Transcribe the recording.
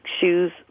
shoes